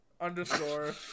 underscore